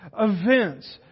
events